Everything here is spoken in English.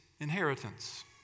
inheritance